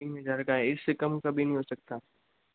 इन में ज़्यादा का है इस से कम कभी नहीं हो सकता है